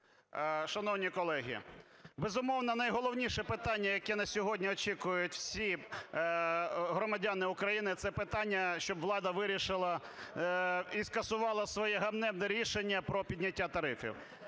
шановні колеги! Безумовно, найголовніше питання, яке на сьогодні очікують всі громадяни України, - це питання, щоб влада вирішила і скасувала своє ганебне рішення про підняття тарифів.